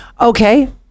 okay